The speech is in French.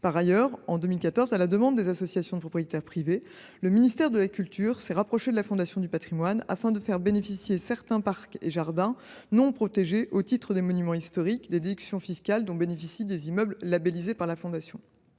Par ailleurs, en 2014, à la demande des associations de propriétaires privés, le ministère de la culture a pris contact avec la Fondation du patrimoine afin de faire bénéficier certains parcs et jardins non protégés au titre des monuments historiques des déductions fiscales offertes aux immeubles labellisés par cette fondation.